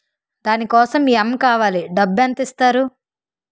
దాని కోసం ఎమ్ కావాలి డబ్బు ఎంత ఇస్తారు?